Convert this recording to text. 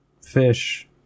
fish